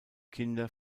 kinder